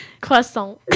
Croissant